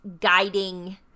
guiding